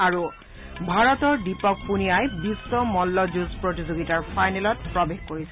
আৰু ভাৰতৰ দীপক পুনিয়াই বিশ্ব মল্লযুঁজ প্ৰতিযোগিতাৰ ফাইনেলত প্ৰবেশ কৰিছে